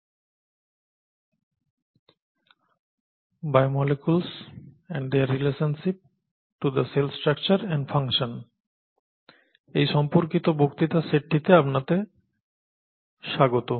"biomolecules and their relationship to the cell structure and function" এই সম্পর্কিত বক্তৃতার সেটটিতে আপনাকে স্বাগত